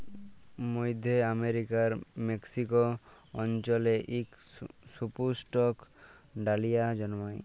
মইধ্য আমেরিকার মেক্সিক অল্চলে ইক সুপুস্পক ডালিয়া জল্মায়